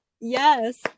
Yes